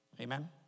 Amen